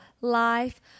life